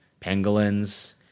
Pangolins